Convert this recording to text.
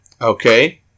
Okay